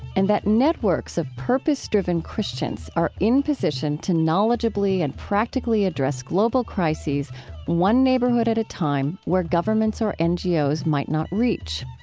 and that networks of purpose-driven christians are in position to knowledgeably and practically address global crises one neighborhood at a time, where governments or ngos might not reach.